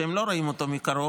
שהם לא רואים אותו מקרוב,